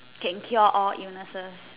can cure all illnesses